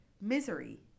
misery